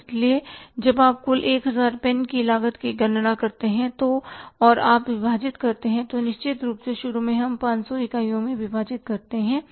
इसलिए जब आप कुल 1000 पेन की लागत की गणना करते हैं और अब आप विभाजित करते हैं तो निश्चित रूप से शुरू में हम 500 इकाइयों मैं विभाजित करते हैं